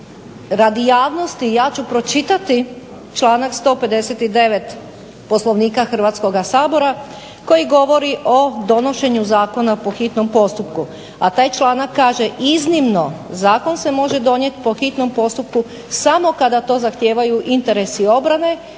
radi javnosti ja ću pročitati članak 159. Poslovnika Hrvatskog sabora koji govori o donošenju zakona po hitnom postupku, a taj članak kaže: Iznimno zakon se može donijeti po hitnom postupku samo kada to zahtijevaju interesi obrane